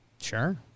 Sure